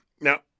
now